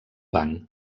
banc